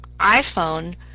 iphone